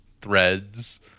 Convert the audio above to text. threads